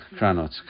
Kranot